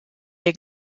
der